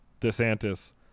DeSantis